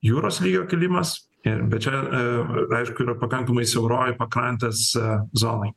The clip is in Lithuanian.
jūros lygio kilimas ir bet čia a aišku yra pakankamai siauroj pakrantės zonoj